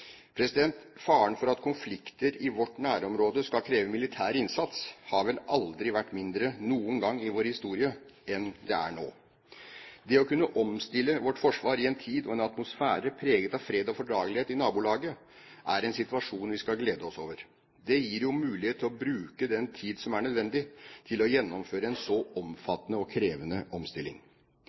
Faren for at konflikter i vårt nærområde skal kreve militær innsats, har vel aldri vært mindre noen gang i vår historie enn det er nå. Det å kunne omstille vårt forsvar i en tid og i en atmosfære preget av fred og fordragelighet i nabolaget er en situasjon vi skal glede oss over. Det gir mulighet for å bruke den tid som er nødvendig til å gjennomføre en så omfattende og krevende omstilling.